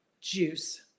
juice